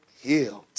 healed